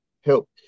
help